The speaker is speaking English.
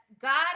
god